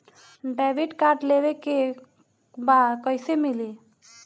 Debit card लेवे के बा कईसे मिली?